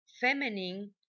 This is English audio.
feminine